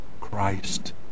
Christ